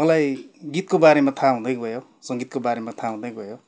मलाई गीतको बारेमा थाहा हुँदै गयो सङ्गीतको बारेमा थाहा हुँदै गयो